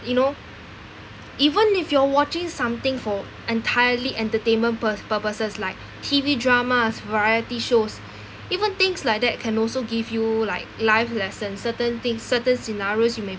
you know even if you're watching something for entirely entertainment pur~ purposes like T_V dramas variety shows even things like that can also give you like life lesson certain things certain scenarios you may